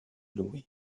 lui